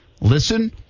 listen